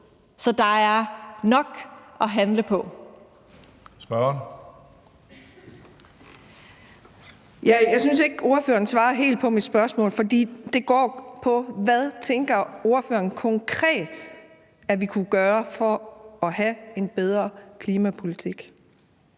Charlotte Bagge Hansen (M): Jeg synes ikke, ordføreren svarede helt på mit spørgsmål, for det går på: Hvad tænker ordføreren at vi konkret kunne gøre for at have en bedre klimapolitik?